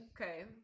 okay